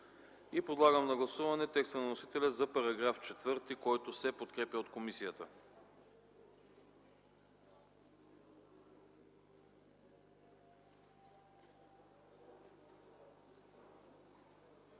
Подлагам на гласуване текста на вносителя за § 3, който се подкрепя от комисията.